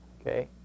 okay